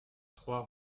trois